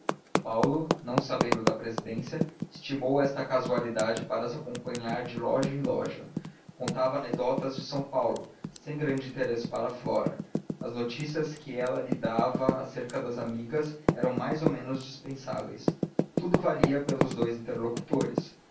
paulo não sabendo da presidência estimou esta casualidade para as acompanhar de loja em loja contava anedotas de são paulo sem grande interesse para flora as notícias que ela lhe dava acerca das amigas eram mais ou menos dispensáveis tudo valia pelos dous interlocutores